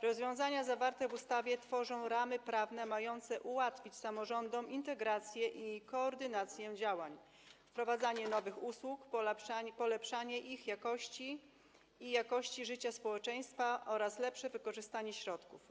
Rozwiązania zawarte w ustawie tworzą ramy prawne mające ułatwić samorządom integrację i koordynację działań, wprowadzanie nowych usług, polepszanie ich jakości i jakości życia społeczeństwa oraz lepsze wykorzystanie środków.